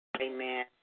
Amen